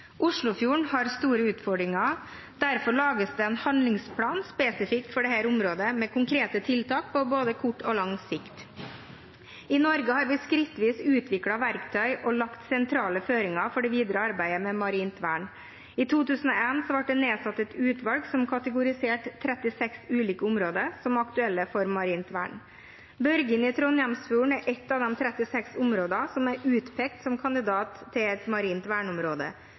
Oslofjorden har store utfordringer, og derfor lages det en handlingsplan spesifikt for dette området med konkrete tiltak på både kort og lang sikt. I Norge har vi skrittvis utviklet verktøy og lagt sentrale føringer for det videre arbeidet med marint vern. I 2001 ble det nedsatt et utvalg som kategoriserte 36 ulike områder som aktuelle for marint vern. Børgin i Trondheimsfjorden er ett av de 36 områdene som er utpekt som kandidat til et marint verneområde.